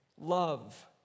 love